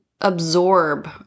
absorb